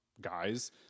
guys